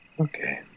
Okay